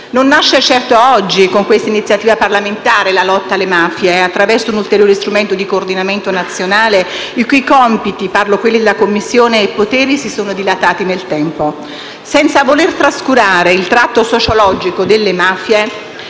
Non nasce certo oggi, con questa iniziativa parlamentare, la lotta alle mafie e attraverso un ulteriore strumento di coordinamento nazionale i cui compiti - parlo di quelli della Commissione - e poteri si sono dilatati nel tempo. Senza voler trascurare il tratto sociologico delle mafie